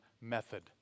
method